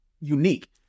unique